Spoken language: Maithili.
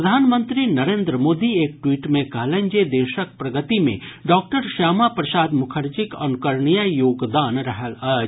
प्रधानमंत्री नरेंद्र मोदी एक ट्वीट मे कहलनि जे देशक प्रगति मे डॉक्टर श्यामा प्रसाद मुखर्जीक अनुकरणीय योगदान रहल अछि